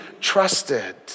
trusted